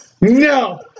No